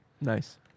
nice